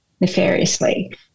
nefariously